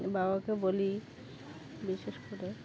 বাবাকে বলি বিশেষ করে